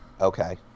Okay